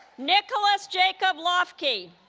nicholas jacob lafky